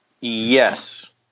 Yes